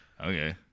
Okay